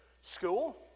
school